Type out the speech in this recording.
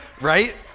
right